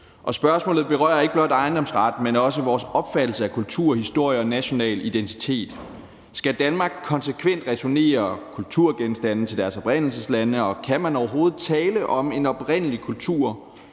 og spørgsmålet berører ikke blot ejendomsret, men også vores opfattelse af kultur, historie og national identitet. Skal Danmark konsekvent returnere kulturgenstande til deres oprindelsesland, og kan man overhovedet tale om en oprindelig kultur?